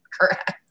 correct